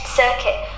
circuit